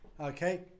Okay